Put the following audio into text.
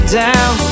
down